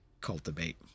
cultivate